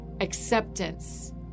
acceptance